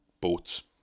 boats